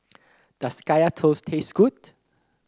does Kaya Toast taste good